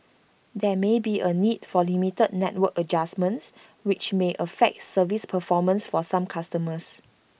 there may be A need for limited network adjustments which may affect service performance for some customers